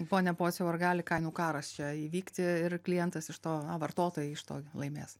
pone pociau ar gali kainų karas čia įvykti ir klientas iš to vartotojai iš to laimės